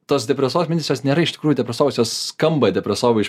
tas depresuot minicijos nėra iš tikrųjų depresosios skamba depresovai iš